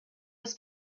was